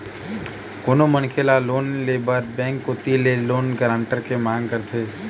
कोनो मनखे ल लोन ले बर बेंक कोती ले लोन गारंटर के मांग करथे